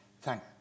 thank